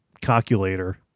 calculator